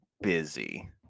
busy